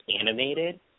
animated